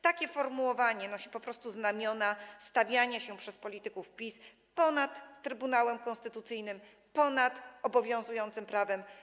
Takie sformułowanie nosi po prostu znamiona stawiania się przez polityków PiS ponad Trybunałem Konstytucyjnym, ponad obowiązującym prawem.